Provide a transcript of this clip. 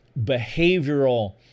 behavioral